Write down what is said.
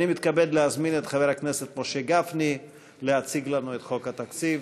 אני מתכבד להזמין את חבר הכנסת משה גפני להציג לנו את חוק התקציב.